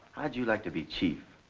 how'd you like to be chief?